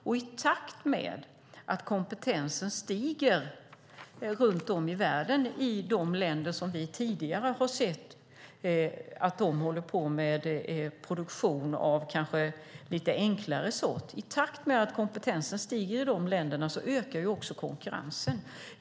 I takt med att kompetensen stiger runt om i världen i de länder som tidigare har hållit på med produktion av lite enklare sort ökar också konkurrensen.